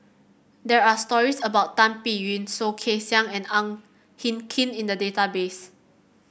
there are stories about Tan Biyun Soh Kay Siang and Ang Hin Kee in the database